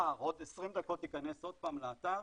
מחר, עוד 20 דקות, תיכנס עוד פעם לאתר,